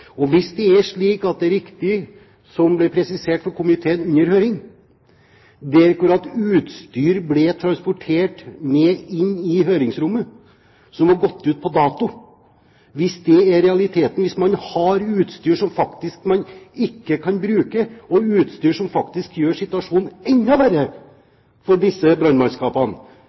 nå. Hvis det er riktig det som ble presentert for komiteen under høringen, der utstyr som var gått ut på dato, ble transportert inn i høringsrommet, hvis det er realiteten, hvis man har utstyr som man faktisk ikke kan bruke, utstyr som faktisk gjør situasjonen enda verre for disse brannmannskapene,